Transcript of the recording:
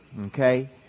okay